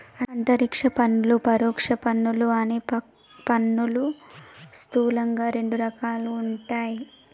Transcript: ప్రత్యక్ష పన్నులు, పరోక్ష పన్నులు అని పన్నులు స్థూలంగా రెండు రకాలుగా ఉంటయ్